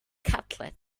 cutlet